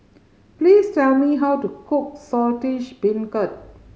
please tell me how to cook Saltish Beancurd